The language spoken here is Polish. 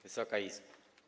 Wysoka Izbo!